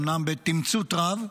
אומנם בתמצות רב,